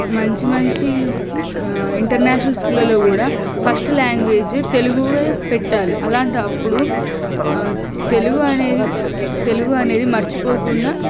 మంచి మంచి ఇంటర్నేషనల్ స్కూళ్లలో కూడా ఫస్ట్ లాంగ్వేజ్ తెలుగువే పెట్టాలి అలాంటప్పుడు తెలుగు అనేది తెలుగు అనేది మర్చిపోకుండా